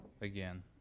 again